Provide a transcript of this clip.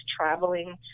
traveling